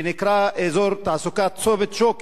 שנקרא "אזור תעסוקה צומת שוקת",